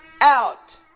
Out